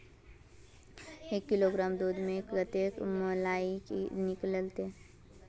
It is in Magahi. एक किलोग्राम दूध में कते मलाई निकलते?